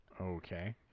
Okay